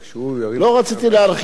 אני יכולתי להביא כמה דוגמאות.